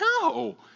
No